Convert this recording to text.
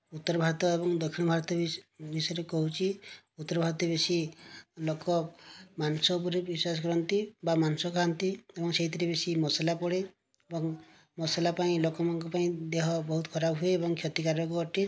ଉତ୍ତର ଭାରତ ଏବଂ ଦକ୍ଷିଣ ଭାରତ ବିଷୟରେ କହୁଛି ଉତ୍ତର ଭାରତୀୟ ବେଶୀ ଲୋକ ମାଂସ ଉପରେ ବିଶ୍ୱାସ କରନ୍ତି ବା ମାଂସ ଖାଆନ୍ତି ଏବଂ ସେହିଥିରେ ବେଶୀ ମସଲା ପଡ଼େ ଏବଂ ମସଲା ପାଇଁ ଲୋକମାନଙ୍କ ପାଇଁ ଦେହ ବହୁତ ଖରାପ ହୁଏ ଏବଂ କ୍ଷତିକାରକ ଅଟେ